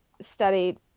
studied